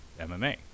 MMA